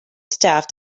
staff